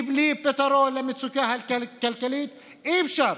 כי בלי פתרון למצוקה הכלכלית אי-אפשר